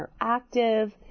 interactive